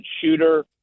shooter